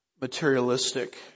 materialistic